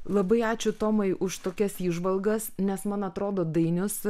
labai ačiū tomai už tokias įžvalgas nes man atrodo dainius